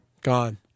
gone